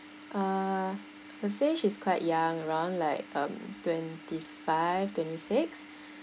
uh to say she's quite young around like um twenty five twenty six